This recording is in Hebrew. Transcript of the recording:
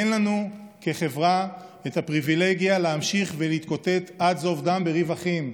אין לנו כחברה את הפריבילגיה להמשך ולהתקוטט עד זוב דם בריב אחים.